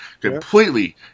completely